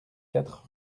quatre